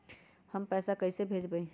हम पैसा कईसे भेजबई?